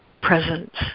presence